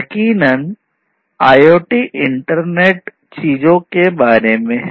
यकीनन IoT internet की चीज़ों के बारे में है